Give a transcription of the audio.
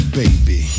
baby